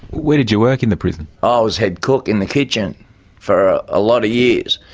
where did you work in the prison? i was head cook in the kitchen for a lot of years.